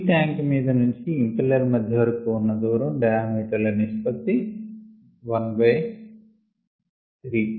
C tank క్రింది నుంచి impeller మధ్య వరకు ఉన్న దూరం డయామీటర్ ల నిష్పత్తి 1 బై 3